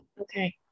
Okay